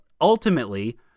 ultimately